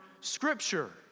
Scripture